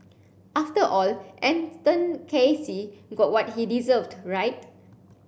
after all Anton Casey got what he deserved right